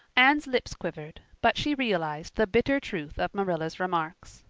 anne's lips quivered, but she realized the bitter truth of marilla's remarks.